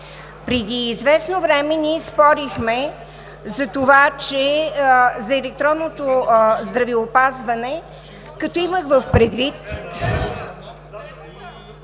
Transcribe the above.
Преди известно време ние спорихме за електронното здравеопазване, като имах предвид…